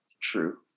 True